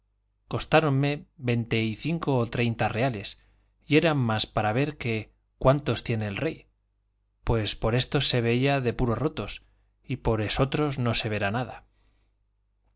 costáronme veinte y cinco o treinta reales y eran más para ver que cuantos tiene el rey pues por estos se veía de puro rotos y por esotros no se verá nada